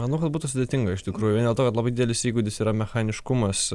manau kad būtų sudėtinga iš tikrųjų vien dėl to labai didelis įgūdis yra mechaniškumas